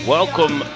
Welcome